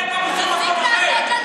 זה אגו בקואליציה,